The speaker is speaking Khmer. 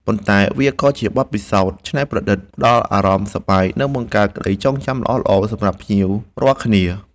ប៉ុន្តែវាក៏ជាបទពិសោធន៍ច្នៃប្រឌិត ផ្តល់អារម្មណ៍សប្បាយ និងបង្កើតក្តីចងចាំល្អៗសម្រាប់ភ្ញៀវរាល់គ្នា។